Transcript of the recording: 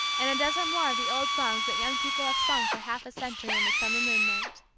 and a dozen more of the old songs that young people have sung for half a century in the summer moonlight.